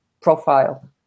profile